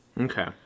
Okay